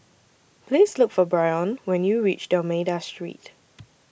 Please Look For Brion when YOU REACH D'almeida Street